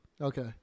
Okay